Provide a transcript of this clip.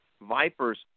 Vipers